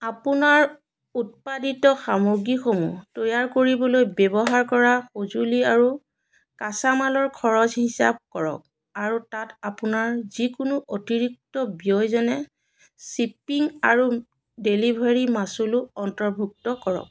আপোনাৰ উৎপাদিত সামগ্ৰীসমূহ তৈয়াৰ কৰিবলৈ ব্যৱহাৰ কৰা সজুঁলি আৰু কেঁচামালৰ খৰচ হিচাপ কৰক আৰু তাত আপোনাৰ যিকোনো অতিৰিক্ত ব্যয় যেনে শ্বিপিং আৰু ডেলিভাৰী মাচুলো অন্তৰ্ভুক্ত কৰক